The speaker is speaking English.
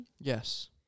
yes